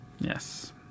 Yes